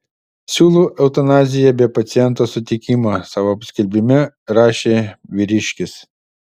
siūlau eutanaziją be paciento sutikimo savo skelbime rašė vyriškis